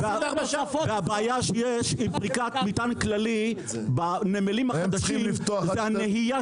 והבעיה שיש עם פריקת מטען כללי בנמלים החדשים זה הנהייה